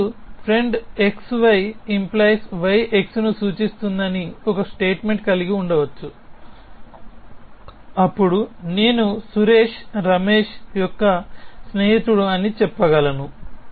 కాబట్టి మీరు friend xy🡪yx ను సూచిస్తుందని ఒక స్టేట్మెంట్ కలిగి ఉండవచ్చు అప్పుడు నేను సురేష్ రమేష్ యొక్క స్నేహితుడు అని చెప్పగలను